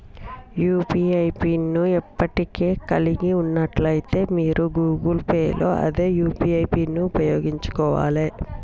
UPI PIN ను ఇప్పటికే కలిగి ఉన్నట్లయితే మీరు గూగుల్ పే లో అదే యూ.పీ.ఐ పిన్ను ఉపయోగించుకోవాలే